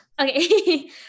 Okay